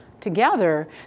together